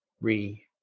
re